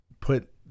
put